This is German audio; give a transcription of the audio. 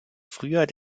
früher